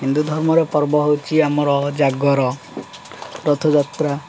ହିନ୍ଦୁ ଧର୍ମର ପର୍ବ ହେଉଛି ଆମର ଜାଗର ରଥଯାତ୍ରା